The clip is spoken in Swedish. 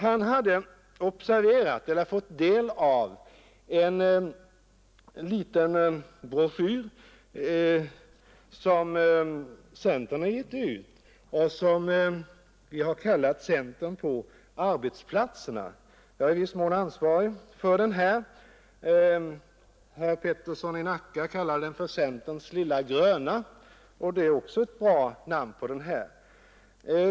Han hade fått del av en liten broschyr som centern givit ut och som vi har kallat ”Centern på arbetsplatserna”. Jag är i viss mån ansvarig för den. Herr Peterson i Nacka kallade den för ”Centerns lilla gröna”, och det är också ett bra namn.